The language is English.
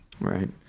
Right